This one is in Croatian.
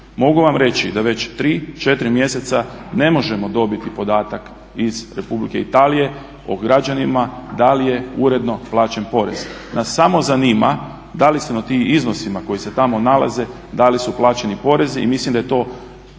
Mogu vam reći da već 3, 4 mjeseca ne možemo dobiti podatak iz Republike Italije o građanima da li je uredno plaćen porez. Nas samo zanima da li su na tim iznosima koji se tamo nalaze da li su plaćeni porezi i mislim da je to